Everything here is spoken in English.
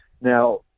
Now